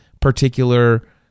particular